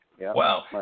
Wow